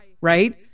right